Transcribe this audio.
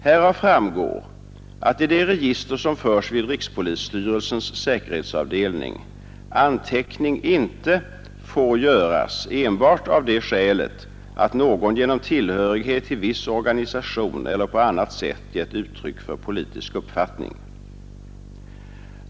Härav framgår att i det register som förs vid rikspolisstyrelsens säkerhetsavdelning anteckning inte får göras enbart av det skälet att någon genom tillhörighet till viss organisation eller på annat sätt gett uttryck för politisk uppfattning.